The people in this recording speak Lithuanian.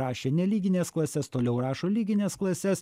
rašė nelygines klases toliau rašo lygines klases